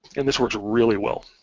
and this works really well,